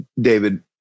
David